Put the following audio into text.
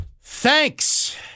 Thanks